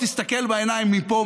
תסתכל בעיניים מפה,